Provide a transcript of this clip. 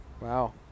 Wow